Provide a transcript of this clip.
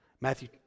Matthew